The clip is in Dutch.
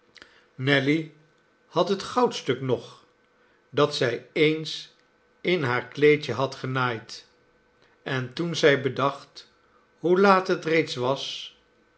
nelly had het goudstuk nog dat zij eens in haar kleedje had genaaid en toen zij bedacht hoe laat het reeds was